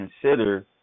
consider